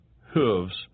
hooves